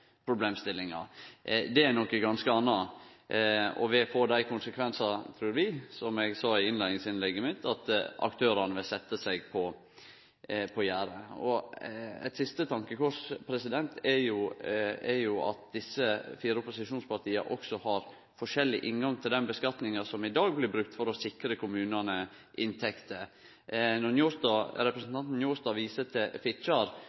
problemstillinga. Det er noko ganske anna. Det vil få dei konsekvensane at aktørane vil setje seg på gjerdet, som eg sa i innleiingsinnlegget mitt. Eit siste tankekors er at desse fire opposisjonspartia også har ulik inngang til den skattlegginga som i dag blir brukt for å sikre kommunane inntekter. Når representanten Njåstad viser til Fitjar